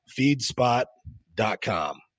feedspot.com